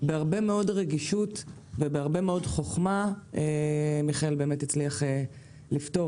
בהרבה מאוד רגישות ובהרבה מאוד חכמה - מיכאל הצליח לפתור